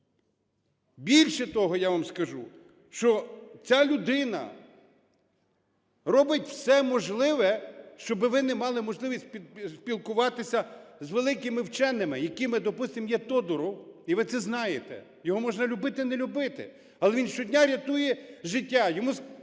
Більше того, я вам скажу, що ця людина робить все можливе, щоби ви не мали можливість спілкуватися з великими вченими якими, допустим, є Тодуров, і ви це знаєте. Його можна любити – не любити, але він щодня рятує життя. Він виграв